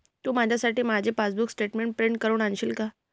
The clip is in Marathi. तू माझ्यासाठी माझी पासबुक स्टेटमेंट प्रिंट करून आणशील का?